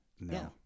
no